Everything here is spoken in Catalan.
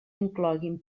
incloguin